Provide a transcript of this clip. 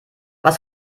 was